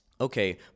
okay